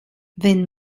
wenn